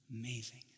Amazing